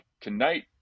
tonight